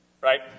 Right